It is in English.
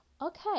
Okay